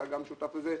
אתה גם שותף לזה,